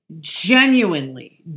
genuinely